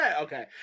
Okay